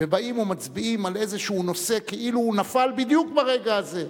ובאים ומצביעים על איזשהו נושא כאילו הוא נפל ברגע הזה.